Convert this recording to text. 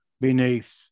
beneath